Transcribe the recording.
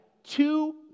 Two